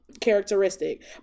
characteristic